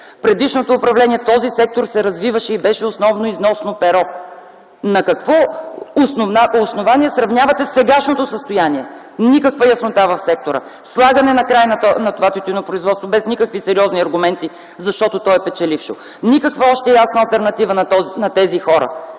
предишното управление този сектор се развиваше и беше основно износно перо. На какво основание сравнявате сегашното състояние? Никаква яснота в сектора, слагане на край на това тютюнопроизводство без никакви сериозни аргументи, защото то е печелившо. Още никаква ясна алтернатива на тези хора.